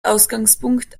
ausgangspunkt